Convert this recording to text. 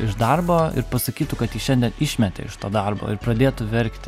iš darbo ir pasakytų kad jį šiandien išmetė iš to darbo ir pradėtų verkti